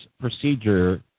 procedure